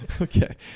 Okay